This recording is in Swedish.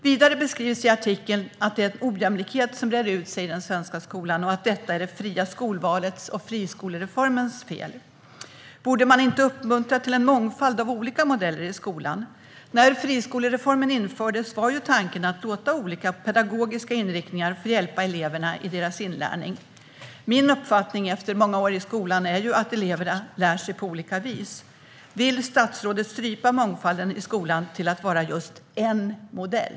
Vidare beskrivs i artikeln att det breder ut sig en ojämlikhet i den svenska skolan och att detta är det fria skolvalets och friskolereformens fel. Borde man inte uppmuntra till en mångfald av olika modeller i skolan? När friskolereformen infördes var ju tanken att låta olika pedagogiska inriktningar hjälpa eleverna i deras inlärning. Efter många år i skolan är min uppfattning att elever lär sig på olika vis. Vill statsrådet strypa mångfalden i skolan till att vara just en modell?